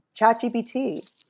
ChatGPT